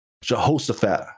Jehoshaphat